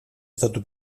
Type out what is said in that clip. stato